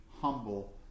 humble